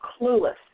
clueless